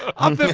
i'm.